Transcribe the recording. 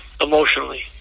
Emotionally